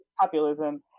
populism